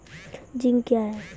Zinc क्या हैं?